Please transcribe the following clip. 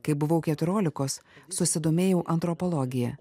kai buvau keturiolikos susidomėjau antropologija